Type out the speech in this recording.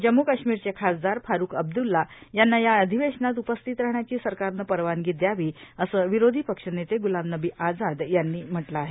जम्मू काश्मीरचे खासदार फारुख अब्द्ल्ला यांना या अधिवेशनात उपस्थित राहण्याची सरकारनं परवानगी द्यावी असं विरोधी पक्षनेते ग्लाम नबी आझाद यांनी म्हटलं आहे